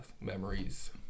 memories